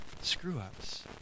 screw-ups